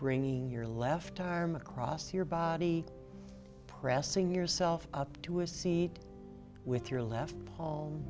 bringing your left arm across your body pressing yourself up to a seat with your left